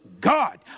God